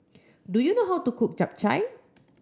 do you know how to cook Japchae